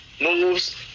moves